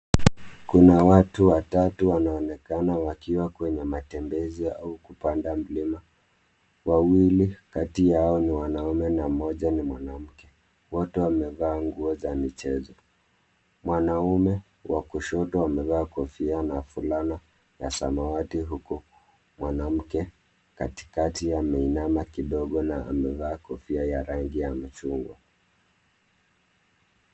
Kuna watu watatu wanaonekana wakiwa kwenye matembezi ya kupanda mlima. Wawili kati yao ni wanaume na mmoja ni mwanamke. Wote wamevaa nguo za michezo. Mwanaume wa kushoto amevaa kofia na fulana ya samawati huku, mwanamke katikati ameinama kidogo na amevaa kofia ya rangi ya machungwa.